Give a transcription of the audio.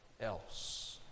else